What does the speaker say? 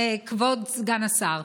כבוד סגן השר,